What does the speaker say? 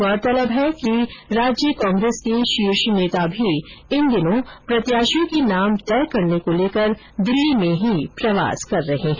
गौरतलब है कि राज्य कांग्रेस के शार्ष नेता भी इन दिनों प्रत्याषियों के नाम तय करने को लेकर दिल्ली में ही प्रवास कर रहे हैं